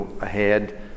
ahead